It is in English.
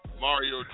Mario